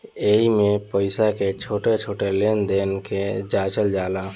एइमे पईसा के छोट छोट लेन देन के जाचल जाला